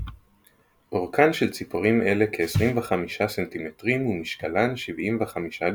אורכן של ציפורים אלה כ-25 ס"מ ומשקלן 75 גרם.